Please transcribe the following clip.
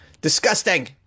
Disgusting